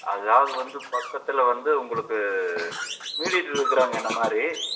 அதாவது வந்து பக்கத்தில் வந்து உங்களுக்கு மீடியேட்டர் இருக்கிறாங்க என்னை மாதிரி